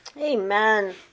Amen